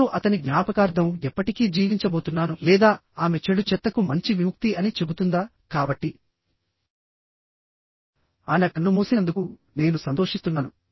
నేను అతని జ్ఞాపకార్థం ఎప్పటికీ జీవించబోతున్నాను లేదా ఆమె చెడు చెత్తకు మంచి విముక్తి అని చెబుతుందా కాబట్టి ఆయన కన్నుమూసినందుకు నేను సంతోషిస్తున్నాను